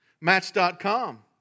Match.com